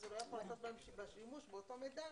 אז הוא לא יכול לעשות שימוש באותו מידע